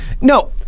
No